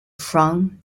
from